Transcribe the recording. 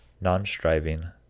non-striving